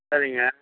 சரிங்க